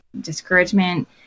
discouragement